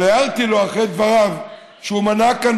אבל הערתי לו אחרי דבריו שהוא מנה כאן